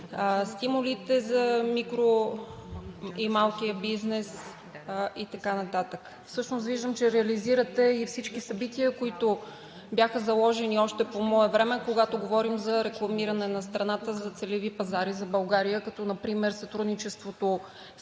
стимулите за микро- и малкия бизнес и така нататък. Виждам, че реализирате и всички събития, които бяха заложени още по мое време, когато говорим за рекламиране на страната за целеви пазари за България, като например сътрудничеството